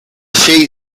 sheet